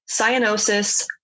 cyanosis